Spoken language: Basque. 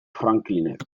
franklinek